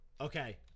Okay